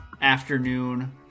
afternoon